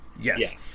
Yes